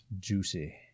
juicy